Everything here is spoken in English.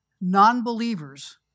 non-believers